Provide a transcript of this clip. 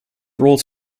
roles